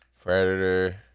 Predator